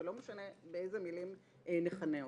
ולא משנה באיזה מילים נכנה אותה,